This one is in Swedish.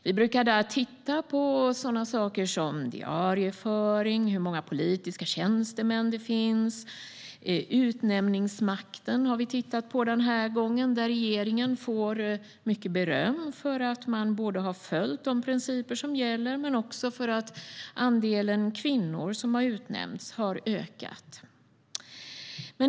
Vi brukar där titta på sådant som diarieföring och hur många politiska tjänstemän det finns. Utnämningsmakten har vi tittat på den här gången. Där får regeringen beröm både för att man har följt de principer som gäller och för att andelen kvinnor som har utnämnts har ökat.